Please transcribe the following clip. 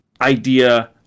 idea